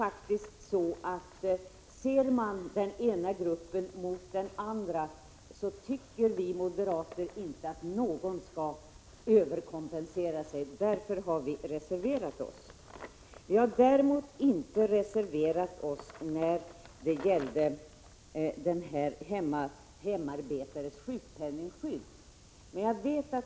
Vi moderater tycker inte att någon skall överkompenseras, och därför har vi reserverat oss. Vi har däremot inte reserverat oss när det gäller hemarbetandes sjukpenningskydd.